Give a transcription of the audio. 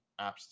apps